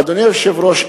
אדוני היושב-ראש,